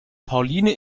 pauline